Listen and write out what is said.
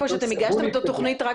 אומרים לי כאן שאתם הגשתם את התוכנית רק